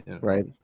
right